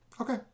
Okay